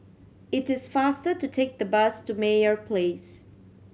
it is faster to take the bus to Meyer Place